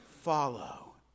follow